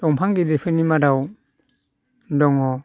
दंफां गिदिरफोरनि मादाव दङ